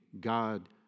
God